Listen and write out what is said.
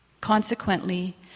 Consequently